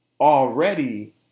already